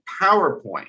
PowerPoint